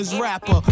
Rapper